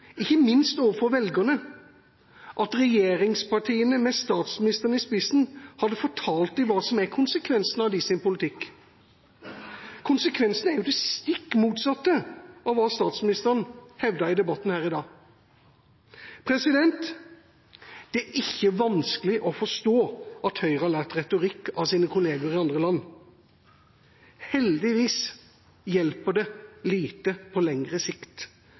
ikke minst for velgerne, at regjeringspartiene med statsministeren i spissen hadde fortalt dem hva som er konsekvensene av regjeringens politikk. Konsekvensene er jo det stikk motsatte av hva statsministeren hevdet i debatten her i dag. Det er ikke vanskelig å forstå at Høyre har lært retorikk av sine kolleger i andre land. Heldigvis hjelper det lite på lengre sikt.